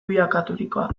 bilakaturikoa